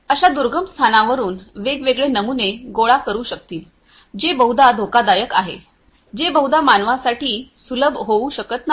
अशा दुर्गम स्थानावरून वेगवेगळे नमुने गोळा करू शकतील जे बहुधा धोकादायक आहे जे बहुधा मानवांसाठी सुलभ होऊ शकत नाही